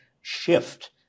shift